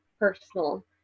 personal